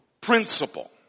principle